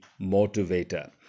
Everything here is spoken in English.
motivator